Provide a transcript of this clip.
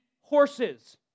horses